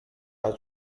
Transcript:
are